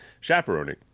chaperoning